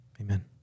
Amen